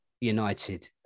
United